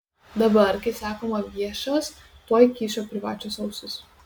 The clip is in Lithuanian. dabar kai sakoma viešas tuoj kyšo privačios ausys